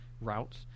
routes